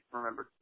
remember